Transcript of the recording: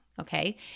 Okay